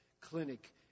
clinic